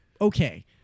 okay